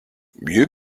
mieux